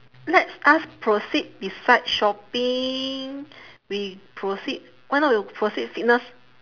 let's us proceed beside shopping we proceed why not we proceed fitness